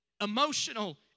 Emotional